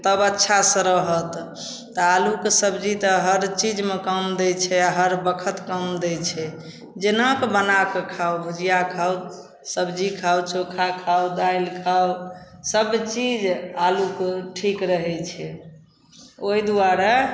तब अच्छासँ रहत तऽ आलूके सबजी तऽ हर चीजमे काम दै छै हर बखत काम दै छै जेनाकऽ बनाकऽ खाउ भुजिआ खाउ सबजी खाउ चोखा खाउ दालि खाउ सबचीज आलूके ठीक रहै छै ओहि दुआरे